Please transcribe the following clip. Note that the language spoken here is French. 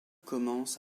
commence